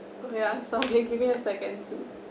ya I'm sorry give me a second